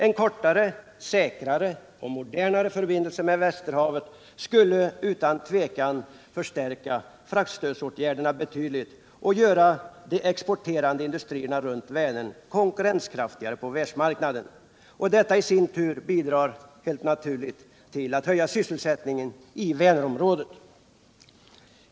En kortare, säkrare och modernare förbindelse med Västerhavet skulle utan tvivel förstärka fraktstödsåtgärderna betydligt och göra de exporterande industrierna runt Vänern konkurrenskraftigare på världsmarknaden. Detta i sin tur skulle helt naturligt bidra till att höja sysselsättningen i Vänernområdet.